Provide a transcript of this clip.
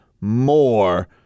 more